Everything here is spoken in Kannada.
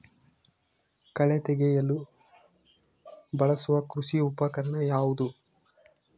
ಕಳೆ ತೆಗೆಯಲು ಬಳಸುವ ಕೃಷಿ ಉಪಕರಣ ಯಾವುದು?